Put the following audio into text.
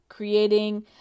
creating